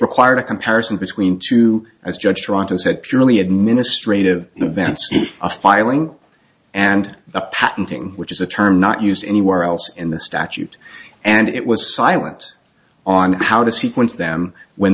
requires a comparison between two as judge fronto said purely administrative events a filing and the patenting which is a term not used anywhere else in the statute and it was silent on how to sequence them when